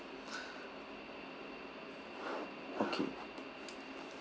okay